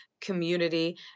community